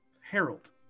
Harold